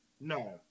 no